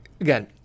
again